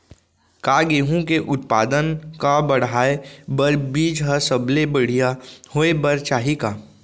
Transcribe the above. का गेहूँ के उत्पादन का बढ़ाये बर बीज ह सबले बढ़िया होय बर चाही का?